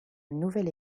nouvelle